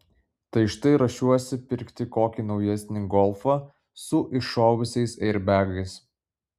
tai štai ruošiuosi pirkti kokį naujesnį golfą su iššovusiais airbegais